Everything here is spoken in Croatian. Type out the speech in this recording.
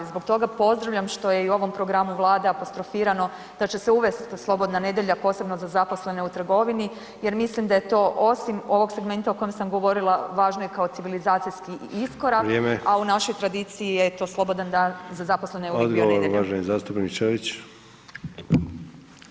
Zbog toga pozdravljam što je i u ovom programu Vlade apostrofirano da će se uvesti slobodna nedjelja posebno za zaposlene u trgovini jer mislim da je to osim segmenta o kojem sam govorila važno i kao civilizacijski iskorak, a u [[Upadica: Vrijeme.]] našoj tradiciji je to slobodan dan za zaposlene uvijek bio nedjelja.